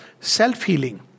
self-healing